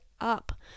up